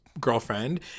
girlfriend